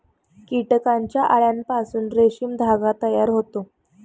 कीटकांच्या अळ्यांपासून रेशीम धागा तयार होतो